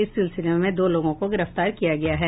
इस सिलसिले में दो लोगों को गिरफ्तार किया गया है